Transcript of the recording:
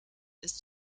ist